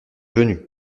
venu